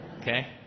Okay